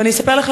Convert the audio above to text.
ואני אספר לך,